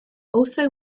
also